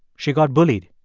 she got bullied.